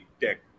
tech